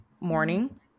morning